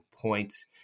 points